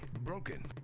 broken.